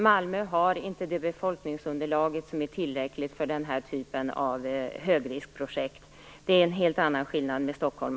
Malmö har inte tillräckligt befolkningsunderlag för den här typen av högriskprojekt. Det är en helt annan sak med Stockholm.